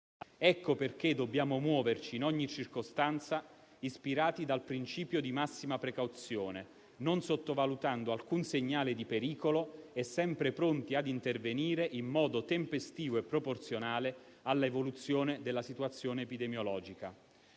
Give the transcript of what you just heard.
Ecco perché dobbiamo muoverci in ogni circostanza ispirati dal principio di massima precauzione, non sottovalutando alcun segnale di pericolo e sempre pronti a intervenire in modo tempestivo e proporzionale all'evoluzione della situazione epidemiologica.